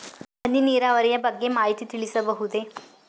ಹನಿ ನೀರಾವರಿಯ ಬಗ್ಗೆ ಮಾಹಿತಿ ತಿಳಿಸಬಹುದೇ?